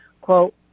quote